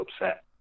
upset